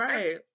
Right